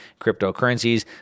cryptocurrencies